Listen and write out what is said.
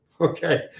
okay